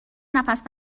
نفس